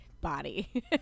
body